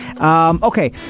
Okay